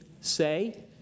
say